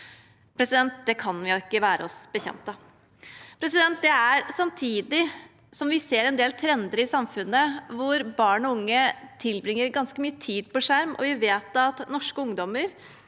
Det kan vi ikke være bekjent av. Det skjer samtidig som vi ser en del trender i samfunnet hvor barn og unge tilbringer ganske mye tid på skjerm. Vi vet at norske ungdommer